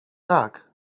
tak